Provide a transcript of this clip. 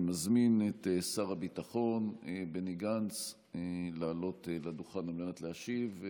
אני מזמין את שר הביטחון בני גנץ לעלות לדוכן על מנת להשיב,